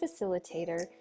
facilitator